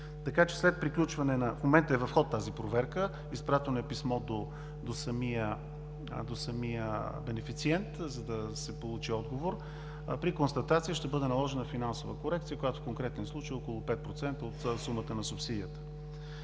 контролира процесът. В момента е в ход тази проверка, изпратено е писмо до самия бенефициент, за да се получи отговор. При констатация ще бъде наложена финансова корекция, която в конкретния случай е около 5% от сумата на субсидията.